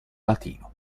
latino